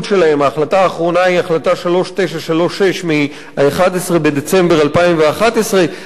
ההחלטה האחרונה היא החלטה 3936 מ-11 בדצמבר 2011. המספר